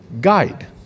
guide